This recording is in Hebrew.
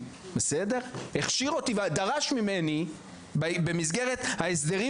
הכשיר אותי ודרש ממני במסגרת ההסדרים